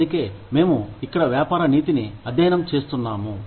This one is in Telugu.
అందుకే మేము ఇక్కడ వ్యాపార నీతిని అధ్యయనం చేస్తున్నాము